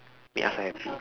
make us happy